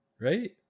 Right